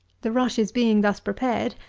the rushes being thus prepared,